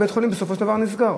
ובית-החולים בסופו של דבר נסגר.